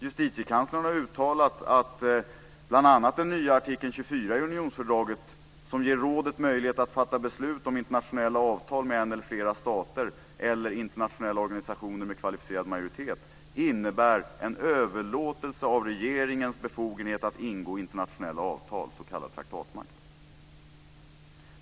Justitiekanslern har bl.a. uttalat att den nya artikeln 24 i unionsfördraget, som ger rådet möjlighet att fatta beslut om internationella avtal med en eller flera stater eller med internationella organisationer med kvalificerad majoritet, innebär en överlåtelse av regeringens befogenhet att ingå internationella avtal, s.k. traktatmakt.